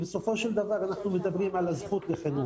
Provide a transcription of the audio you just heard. בסופו של דבר אנחנו מדברים על הזכות לחינוך.